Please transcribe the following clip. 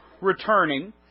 returning